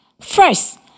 First